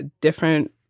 different